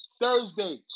Thursday